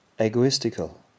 egoistical